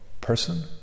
person